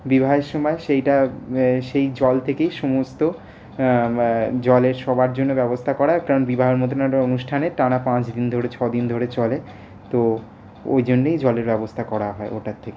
বিবাহের সময় সেইটা সেই জল থেকেই সমস্ত জলের সবার জন্য ব্যবস্থা করা হয় কারণ বিবাহর মতো একটা অনুষ্ঠানে টানা পাঁচদিন ধরে ছদিন ধরে চলে তো ওই জন্যই জলের ব্যবস্থা করা হয় ওটার থেকে